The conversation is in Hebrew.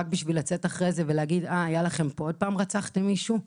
רק כדי שלא יגידו שעוד פעם רצחתם מישהו.